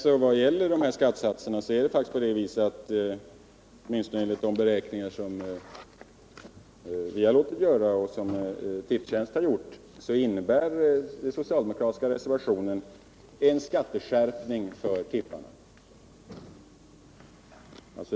Vad sedan gäller skattesatserna är det faktiskt på det sättet — åtminstone enligt de beräkningar vi har låtit göra och som Tipstjänst har gjort — att ett genomförande av förslaget i den socialdemokratiska reservationen innebär en skatteskärpning för tipparna.